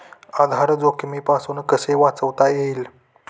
आधार जोखमीपासून कसे वाचता येईल?